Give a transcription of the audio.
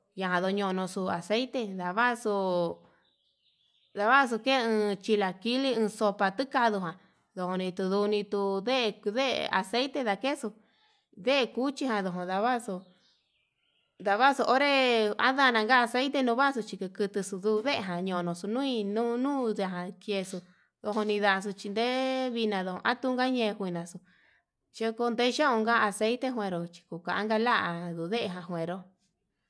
Yanuu nonoxu aceite davaxuu ho ndavaxu keun chilaquilis, posa tekadujan ndunitu ndunitu deen kuu nden aceite ndakexu deen cuchijan ndo'o ndavaxu, ndavaxu onré ndu andana ngua aceite novaxuu chi ni kuu kutu suvejan ñono nunu xunui nuu nunui ndan kexu, ndoni ndaxuu chi ndee vina ndo atunka ñe'e njuinax chekonde chojan aceite kuero chukanka la'a ndudejan nguero.